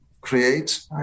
Create